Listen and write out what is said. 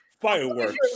Fireworks